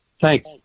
Thanks